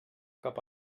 cap